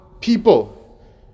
people